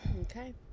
Okay